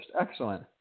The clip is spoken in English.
Excellent